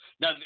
Now